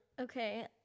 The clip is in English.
Okay